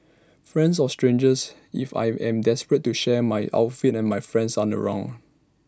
friends or strangers if I am desperate to share my outfit and my friends aren't around